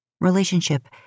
Relationship